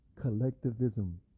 Collectivism